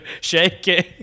shaking